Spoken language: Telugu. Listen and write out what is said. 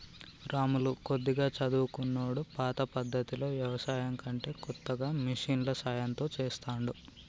రాములు కొద్దిగా చదువుకున్నోడు పాత పద్దతిలో వ్యవసాయం కంటే కొత్తగా మిషన్ల సాయం తో చెస్తాండు